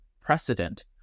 precedent